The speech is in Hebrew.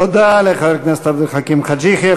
תודה לחבר הכנסת עבד אל חכים חאג' יחיא.